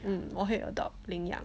um 我会 adopt 领养